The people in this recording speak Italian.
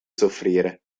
soffrire